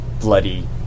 bloody